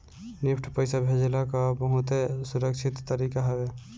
NEFT पईसा भेजला कअ बहुते सुरक्षित तरीका हवे